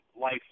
life